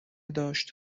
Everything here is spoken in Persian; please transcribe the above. داشت